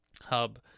Hub